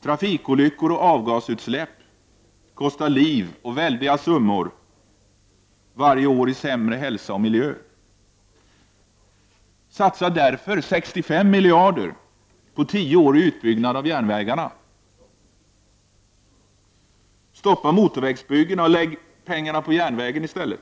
Trafikolyckor och avgasutsläpp kostar liv och väldiga summor varje år i sämre hälsa och miljö. Satsa därför 65 miljarder kronor under tio år på utbyggnad av järnvägsnätet. Stoppa motorvägsbyggena och lägg pengarna på järnvägen i stället.